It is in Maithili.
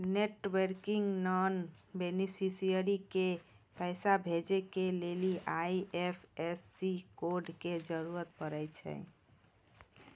नेटबैंकिग से नान बेनीफिसियरी के पैसा भेजै के लेली आई.एफ.एस.सी कोड के जरूरत पड़ै छै